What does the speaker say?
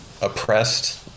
oppressed